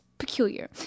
peculiar